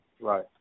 Right